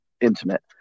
intimate